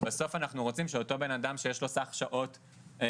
בסוף אנחנו רוצים שאותו בן אדם שיש לו סך שעות חודשי,